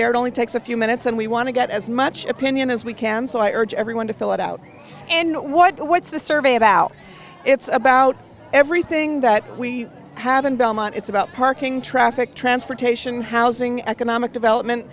there it only takes a few minutes and we want to get as much opinion as we can so i urge everyone to fill it out and what's this survey about it's about everything that we have in belmont it's about parking traffic transportation housing economic development